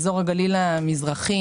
בואו לא נמרח את העסק.